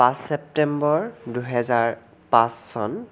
পাঁচ ছেপ্টেম্বৰ দুহেজাৰ পাঁচ চন